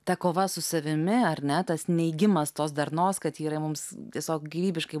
ta kova su savimi ar ne tas neigimas tos darnos kad vyrai mums tiesiog gyvybiškai